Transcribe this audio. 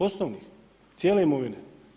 Osnovnih, cijele imovine.